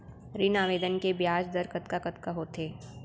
ऋण आवेदन के ब्याज दर कतका कतका होथे?